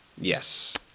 Yes